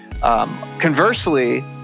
conversely